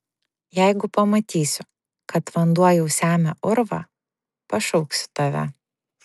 jeigu pamatysiu kad vanduo jau semia urvą pašauksiu tave